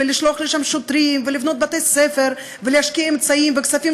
ולשלוח לשם שוטרים ולבנות בתי-ספר ולהשקיע אמצעים וכספים,